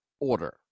order